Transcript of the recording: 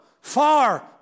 far